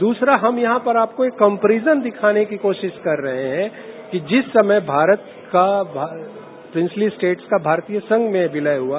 दूसरा यहां पर हम आपको एक कंपेरिजन दिखाने की कोशिश कर रहे हैं कि जिस समय भारत का प्रिंसिलि स्टेट का भारतीय संघ में विलय हुआ